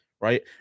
right